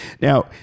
Now